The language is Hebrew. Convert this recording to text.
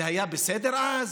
זה היה בסדר אז?